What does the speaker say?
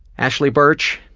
ashly burch,